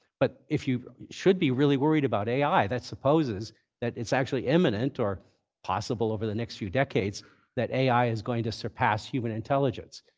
but if you should be really worried about ai, that supposes that it's actually imminent or possible over the next few decades that ai is going to surpass human intelligence.